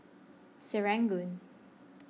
Serangoon